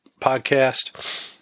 podcast